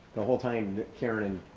the whole time that karin,